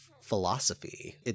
philosophy